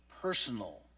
personal